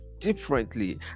differently